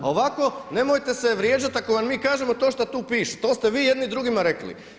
A ovako nemojte se vrijeđati ako vam mi kažemo to šta tu piše, to ste vi jedni drugima rekli.